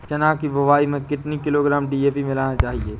चना की बुवाई में कितनी किलोग्राम डी.ए.पी मिलाना चाहिए?